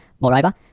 Moreover